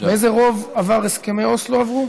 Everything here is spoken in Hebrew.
באיזה רוב הסכמי אוסלו עברו?